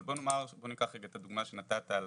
אבל ניקח את הדוגמה שנתת על